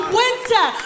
winter